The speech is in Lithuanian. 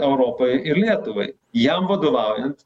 europai ir lietuvai jam vadovaujant